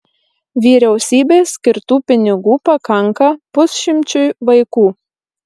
vyriausybės skirtų pinigų pakanka pusšimčiui vaikų